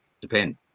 depend